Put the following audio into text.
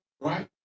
Right